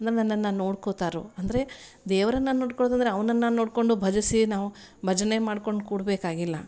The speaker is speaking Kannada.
ಅಂದ್ರೆ ನನ್ನನ್ನು ನೋಡ್ಕೊತಾರೊ ಅಂದರೆ ದೇವ್ರನ್ನು ನೋಡ್ಕೊಳೋದಂದರೆ ಅವನನ್ನು ನೋಡಿಕೊಂಡು ಭಜಿಸಿ ನಾವು ಭಜನೆ ಮಾಡ್ಕೊಂಡು ಕೂಡಬೇಕಾಗಿಲ್ಲ